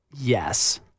Yes